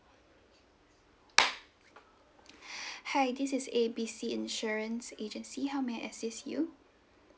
hi this is A B C insurance agency how may I assist you